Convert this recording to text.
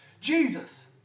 Jesus